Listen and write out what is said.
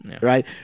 right